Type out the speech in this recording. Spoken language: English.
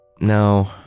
No